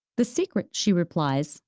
the secret, she replies,